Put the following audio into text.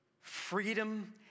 freedom